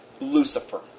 Lucifer